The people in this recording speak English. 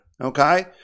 okay